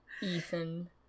Ethan